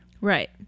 Right